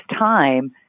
time